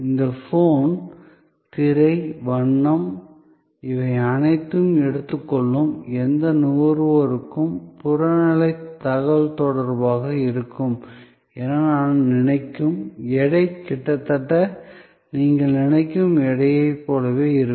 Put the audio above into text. இந்த ஃபோன் திரை வண்ணம் இவை அனைத்தையும் எடுத்துக் கொள்ளும் எந்த நுகர்வோருக்கும் புறநிலை தகவல்தொடர்பாக இருக்கும் என நான் நினைக்கும் எடை கிட்டத்தட்ட நீங்கள் நினைக்கும் எடையைப் போலவே இருக்கும்